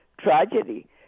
tragedy